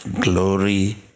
glory